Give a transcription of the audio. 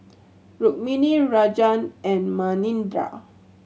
Rukmini Rajan and Manindra